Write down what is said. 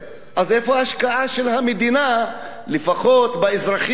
אז איפה ההשקעה של המדינה לפחות באזרחים שלה?